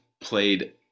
played